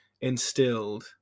instilled